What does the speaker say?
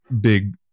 big